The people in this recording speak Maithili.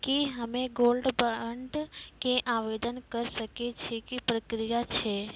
की हम्मय गोल्ड बॉन्ड के आवदेन करे सकय छियै, की प्रक्रिया छै?